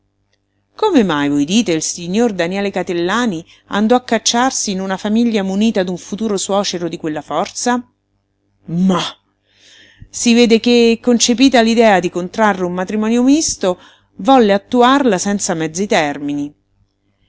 come mai voi dite il signor daniele catellani andò a cacciarsi in una famiglia munita d'un futuro suocero di quella forza mah si vede che concepita l'idea di contrarre un matrimonio misto volle attuarla senza mezzi termini